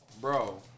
Bro